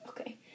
Okay